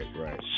right